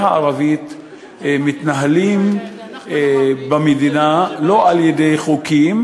הערבית מתנהלים במדינה לא על-ידי חוקים,